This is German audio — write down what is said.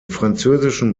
französischen